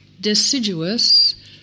deciduous